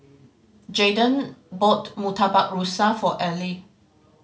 Jaiden bought Murtabak Rusa for Ely